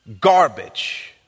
garbage